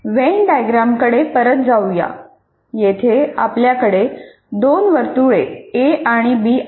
when डायग्रामकडे परत जाऊया येथे आपल्याकडे दोन वर्तुळे ए आणि बी आहेत